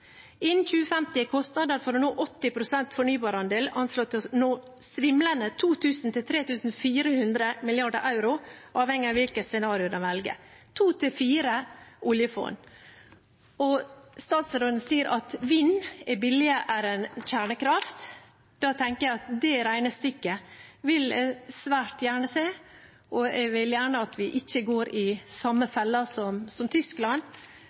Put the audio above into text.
er redusert. Å nå 80 pst. fornybarandel innen 2050 er anslått å koste svimlende 2 000–3 400 mrd. euro, avhengig av hvilket scenario som velges. To–fire oljefond! Statsråden sier at vind er billigere enn kjernekraft. Da tenker jeg at det regnestykket vil jeg svært gjerne se, jeg vil gjerne at vi ikke går i samme felle som Tyskland,